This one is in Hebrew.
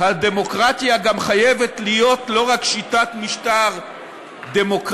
הדמוקרטיה גם חייבת להיות לא רק שיטת משטר דמוקרטית,